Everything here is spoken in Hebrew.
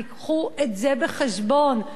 תביאו את זה בחשבון,